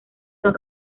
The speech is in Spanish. son